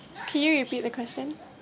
can you repeat the question